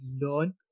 learn